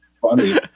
funny